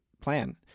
plan